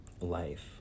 life